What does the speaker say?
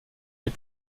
les